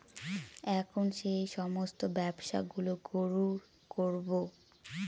এখন সেই সমস্ত ব্যবসা গুলো শুরু করবো